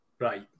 Right